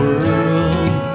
world